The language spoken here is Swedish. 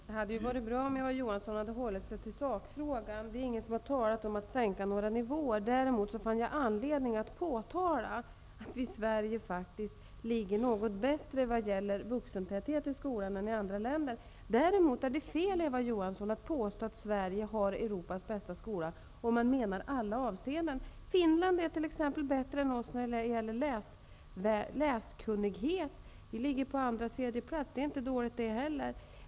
Herr talman! Det hade varit bra om Eva Johansson hade hållit sig till sakfrågan. Det är ingen som har talat om att sänka några nivåer. Däremot fann jag anledning att påtala att vi i Sverige faktiskt ligger något bättre till när det gäller vuxentäthet i skolan än andra länder. Det är fel, Eva Johansson, att påstå att Sverige har Europas bästa skola, om man gör en bedömning av varje enskild del av skolan. I Finland är man t.ex. bättre än vi när det gäller läskunnighet. Vi ligger därvidlag på andra eller tredje plats, och det är inte dåligt det heller.